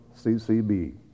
CCB